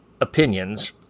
opinions